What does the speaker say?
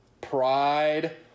Pride